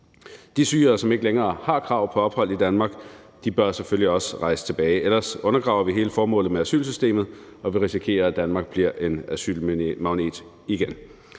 De syrere, som ikke længere har krav på ophold i Danmark, bør selvfølgelig også rejse tilbage. Ellers undergraver vi hele formålet med asylsystemet, og vi risikerer, at Danmark bliver en asylmagnet igen.